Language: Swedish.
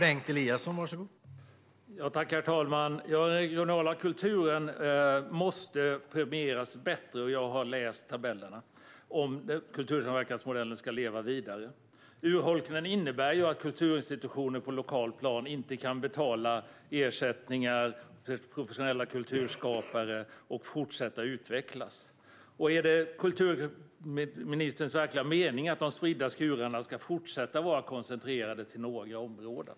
Herr talman! Den regionala kulturen måste premieras bättre om kultursamverkansmodellen ska leva vidare. Jag har läst tabellerna. Urholkningen innebär att kulturinstitutioner på det lokala planet inte kan betala ersättning till professionella kulturskapare och fortsätta att utvecklas. Är det verkligen kulturministerns mening att de spridda skurarna ska fortsätta att vara koncentrerade till några områden?